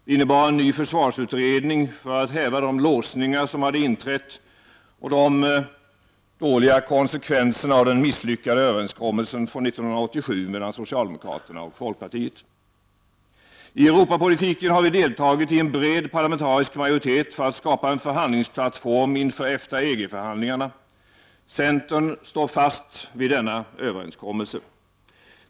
Det innebar en ny försvarsutredning för att häva de låsningar som uppstått och för att hantera konsekvenserna av den misslyckade överenskommelsen från 1987 mellan socialdemokraterna och folkpartiet. I Europapolitiken har vi deltagit i en bred parlamentarisk majoritet för att skapa en förhandlingsplattform inför EFTA-EG-förhandlingarna. Centern står fast vid denna övererenskommelse.